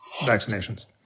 vaccinations